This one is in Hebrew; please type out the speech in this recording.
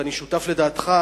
ואני שותף לדעתך,